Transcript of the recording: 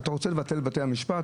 אתה רוצה לבטל את בתי המשפט?